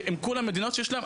וכולן מדינות שיש להן